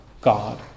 God